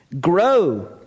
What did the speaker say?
Grow